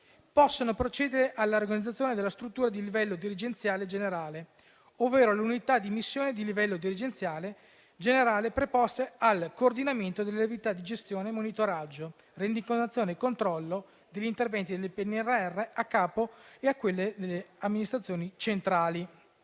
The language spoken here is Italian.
possano procedere alla riorganizzazione della struttura di livello dirigenziale generale ovvero dell'unità di missione di livello dirigenziale generale preposta al coordinamento delle unità di gestione, monitoraggio, rendicontazione e controllo degli interventi del PNRR e a quelle delle amministrazioni centrali.